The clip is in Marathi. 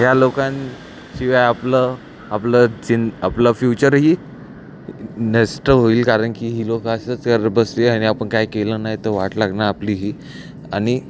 या लोकांशिवाय आपलं आपलं चिं आपलं फ्यूचरही नष्ट होईल कारण की ही लोकं असंच करत बसतील आणि आपण काय केलं नाही तर वाट लागणार आपलीही आणि